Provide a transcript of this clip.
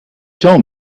told